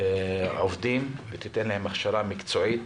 עובדים וייתן להם הכשרה מקצועית,